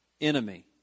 enemy